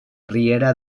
riera